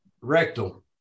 rectal